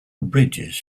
bridges